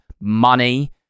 money